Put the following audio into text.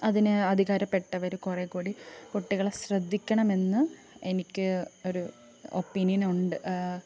അതിന് അധികാരപ്പെട്ടവർ കുറെ കൂടി കുട്ടികളെ ശ്രദ്ധിക്കണമെന്ന് എനിക്ക് ഒരു ഒപ്പീനിയൻ ഉണ്ട്